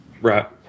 Right